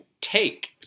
Take